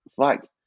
fact